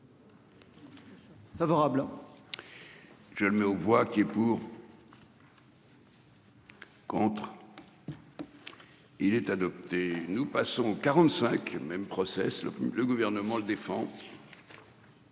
Favorable. Je le mets aux voix qui est pour. Compte. Il est adopté. Nous passons 45 mêmes process le plus le gouvernement le défend.